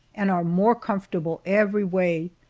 and are more comfortable every way.